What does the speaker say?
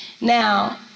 Now